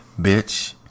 Bitch